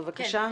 תודה.